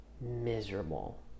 miserable